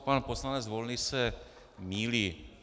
Pan poslanec Volný se mýlí.